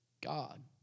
God